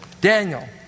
Daniel